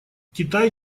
китай